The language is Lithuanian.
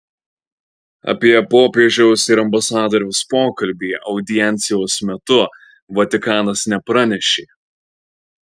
apie popiežiaus ir ambasadoriaus pokalbį audiencijos metu vatikanas nepranešė